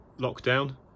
lockdown